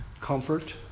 comfort